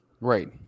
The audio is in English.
Right